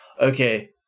okay